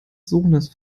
sohnes